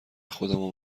خودمو